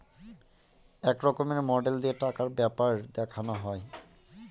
এক রকমের মডেল দিয়ে টাকার ব্যাপার দেখানো হয়